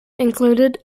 included